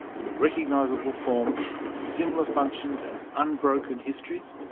in recognisable form with similar functions and unbroken histories,